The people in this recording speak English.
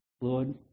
Lord